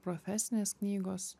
profesinės knygos